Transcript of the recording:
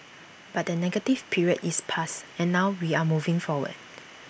but the negative period is past and now we are moving forward